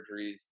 surgeries